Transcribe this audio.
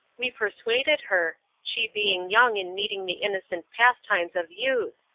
we persuaded her, she being young and needing the innocent pastimes of youth,